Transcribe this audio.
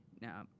Now